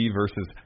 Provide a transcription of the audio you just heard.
versus